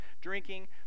drinking